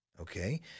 Okay